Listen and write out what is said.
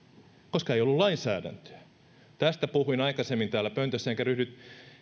koska ei ollut lainsäädäntöä tästä puhuin aikaisemmin täällä pöntössä enkä ryhdy